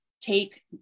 take